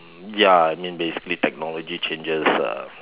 ya I mean basically technology changes um